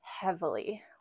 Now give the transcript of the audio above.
heavily